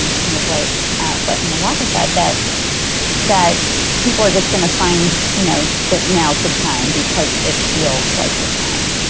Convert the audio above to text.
um kind of like what but and malaka said, that that people are just going to find, you know, that now's the time because it feels like the time?